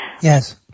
Yes